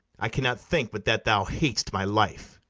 i cannot think but that thou hat'st my life.